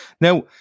now